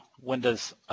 Windows